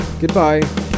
Goodbye